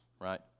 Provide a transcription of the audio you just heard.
right